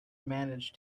managed